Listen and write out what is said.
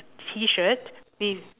T shirt with